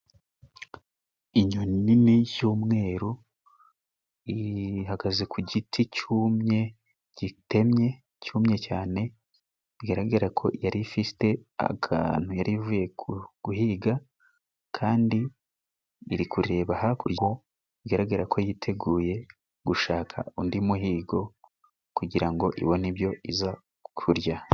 Inyoni nini y'umweru ihagaze ku giti cyumye gitemye, cyumye cyane bigaragara ko yari ifite aka yari ivuye guhiga kandi iri kureba hakurya bigaragara ko yiteguye gushaka undi muhigo kugira ngo ibone ibyo iza kurya.